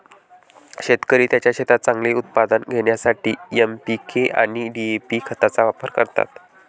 शेतकरी त्यांच्या शेतात चांगले उत्पादन घेण्यासाठी एन.पी.के आणि डी.ए.पी खतांचा वापर करतात